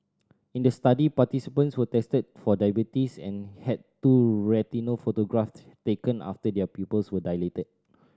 in the study participants were tested for diabetes and had two retinal photograph taken after their pupils were dilated